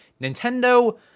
Nintendo